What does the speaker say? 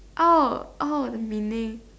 oh oh the meaning